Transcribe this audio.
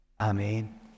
Amen